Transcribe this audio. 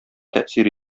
тәэсир